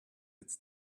its